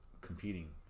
competing